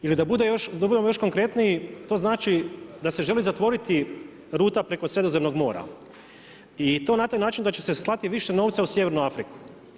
Ili da budemo još konkretniji, to znači da se želi zatvoriti ruta preko Sredozemnog mora i to na taj način da će se slati više novca u Sjevernu Afriku.